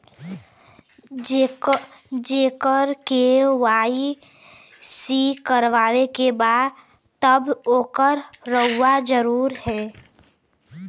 जेकर के.वाइ.सी करवाएं के बा तब ओकर रहल जरूरी हे?